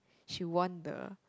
she won the